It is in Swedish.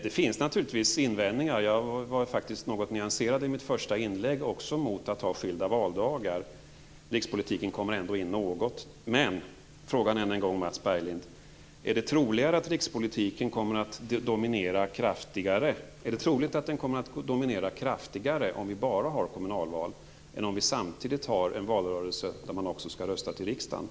Det finns naturligtvis invändningar - i mitt första inlägg var jag faktiskt något nyanserad - mot att ha skilda valdagar; rikspolitiken kommer ändå in något. Men, Mats Berglind, är det troligt att rikspolitiken dominerar kraftigare om vi bara har kommunalval jämfört med om vi samtidigt har en valrörelse där man också skall rösta till riksdagen?